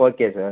okay sir